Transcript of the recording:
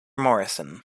morrison